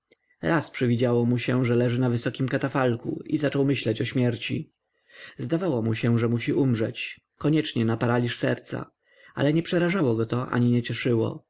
raz przywidziało mu się że leży na wysokim katafalku i zaczął myśleć o śmierci zdawało mu się że musi umrzeć koniecznie na paraliż serca ale ani przerażało go to ani cieszyło